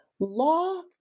Law